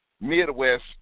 Midwest